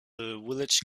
village